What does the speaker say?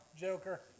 Joker